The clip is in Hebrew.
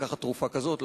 לקחת תרופה כזאת,